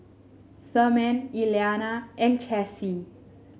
Therman Elianna and Chessie